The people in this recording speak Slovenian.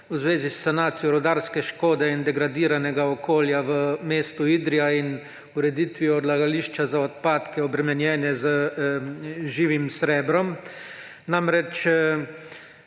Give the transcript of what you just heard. v zvezi s sanacijo rudarske škode in degradiranega okolja v mestu Idrija in ureditvijo odlagališča za odpadke, obremenjene z živim srebrom. Namreč